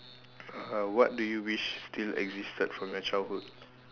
uh what do you wish still existed from your childhood